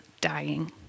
dying